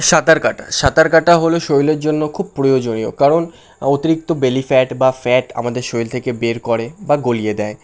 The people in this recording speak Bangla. সাঁতার কাটা সাঁতার কাটা হল শৈলের জন্য খুব প্রয়োজনীয় কারণ অতিরিক্ত বেলি ফ্যাট বা ফ্যাট আমাদের শৈল থেকে বের করে বা গলিয়ে দেয়